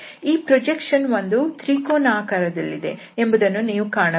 ಈ ಪ್ರೊಜೆಕ್ಷನ್ ಒಂದು ತ್ರಿಕೋನಾಕಾರದಲ್ಲಿದೆ ಎಂಬುದನ್ನು ನೀವು ಕಾಣಬಹುದು